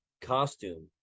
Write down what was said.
costume